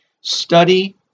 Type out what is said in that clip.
Study